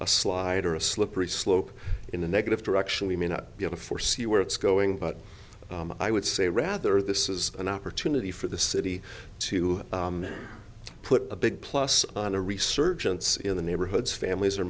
a slide or a slippery slope in a negative direction we may not be able to foresee where it's going but i would say rather this is an opportunity for the city to put a big plus on a resurgence in the neighborhoods families are